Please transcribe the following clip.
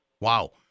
Wow